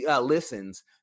listens